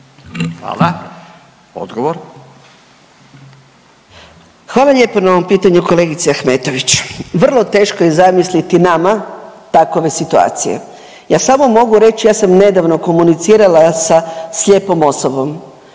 Anka (GLAS)** Hvala lijepa na ovom pitanju kolegice Ahmetović. Vrlo teško je zamisliti nama takove situacije. Ja samo mogu reći, ja sam nedavno komunicirala sa slijepom osobom